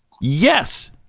Yes